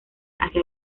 hacia